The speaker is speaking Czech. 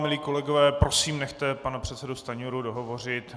Milí kolegové, prosím, nechte pana předsedu Stanjuru dohovořit.